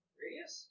radius